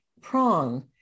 prong